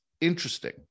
interesting